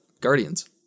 Guardians